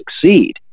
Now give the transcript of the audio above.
succeed